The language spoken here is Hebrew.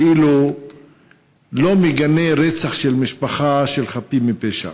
כאילו לא מגנה רצח של משפחה של חפים מפשע.